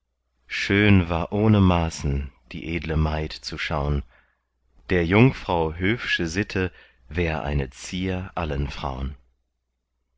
schön war ohne maßen die edle maid zu schaun der jungfrau höfsche sitte wär eine zier allen fraun